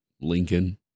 Lincoln